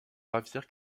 javier